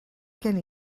gen